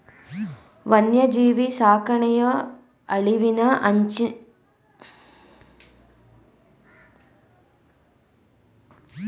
ವನ್ಯಜೀವಿ ಸಾಕಣೆಯು ಅಳಿವಿನ ಅಂಚನಲ್ಲಿರುವ ಪ್ರಾಣಿಗಳನ್ನೂ ಸಾಕುವುದಾಗಿದೆ